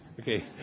Okay